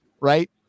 right